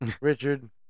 Richard